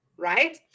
right